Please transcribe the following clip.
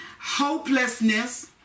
hopelessness